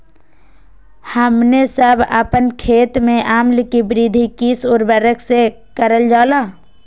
हमने सब अपन खेत में अम्ल कि वृद्धि किस उर्वरक से करलजाला?